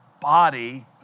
body